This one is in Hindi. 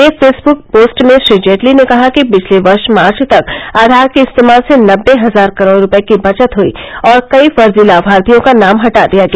एक फेसबुक पोस्ट में श्री जेटली ने कहा कि पिछले वर्ष मार्च तक आधार के इस्तेमाल से नम्बे हजार करोड़ रूपये की बचत हई और कई फर्जी लाभार्थियों का नाम हटा दिया गया